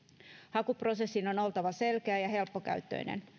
hakuprosessin on on oltava selkeä ja helppokäyttöinen